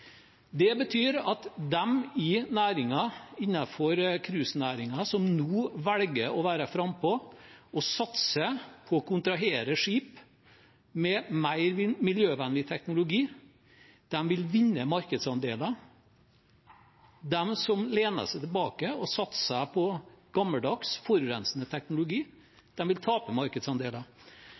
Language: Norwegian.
Det betyr at de innenfor cruisenæringen som nå velger å være frampå og satse på å kontrahere skip med mer miljøvennlig teknologi, vil vinne markedsandeler. De som lener seg tilbake og satser på gammeldags, forurensende teknologi, vil tape markedsandeler.